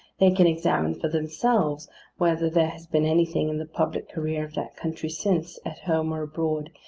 they can examine for themselves whether there has been anything in the public career of that country since, at home or abroad,